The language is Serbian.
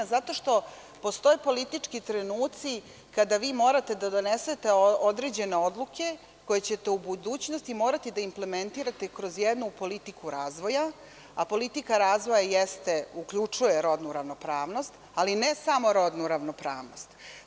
Zato što postoje politički trenuci kada vi morate da donesete određene odluke koje ćete u budućnosti morati da implementirate kroz jednu politiku razvija, a politika razvoja uključuje rodnu ravnopravnost, ali ne samo rodnu ravnopravnost.